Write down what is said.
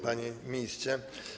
Panie Ministrze!